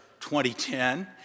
2010